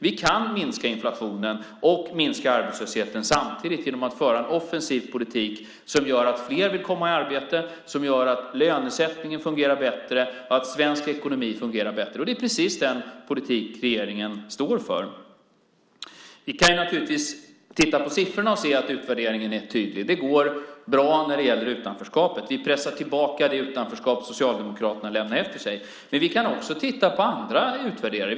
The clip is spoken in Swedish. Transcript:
Vi kan minska inflationen och minska arbetslösheten samtidigt genom att föra en offensiv politik som gör att fler vill komma i arbete, som gör att lönesättningen fungerar bättre och att svensk ekonomi fungerar bättre. Och det är precis den politik som regeringen står för. Vi kan naturligtvis titta på siffrorna och se att utvärderingen är tydlig. Det går bra när det gäller utanförskapet. Vi pressar tillbaka det utanförskap som Socialdemokraterna lämnade efter sig. Men vi kan också titta på andra utvärderingar.